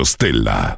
Stella